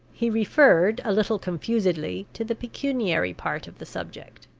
he referred, a little confusedly, to the pecuniary part of the subject.